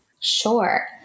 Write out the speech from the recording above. Sure